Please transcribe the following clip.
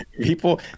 people